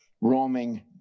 roaming